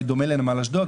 אולי בדומה לנמל אשדוד,